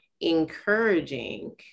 encouraging